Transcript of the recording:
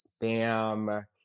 Bam